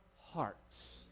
hearts